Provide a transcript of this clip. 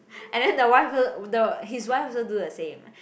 and then the wife also the his wife also do the same